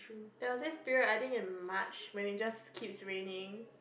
there was this period I think in March when it just keeps raining